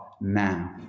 now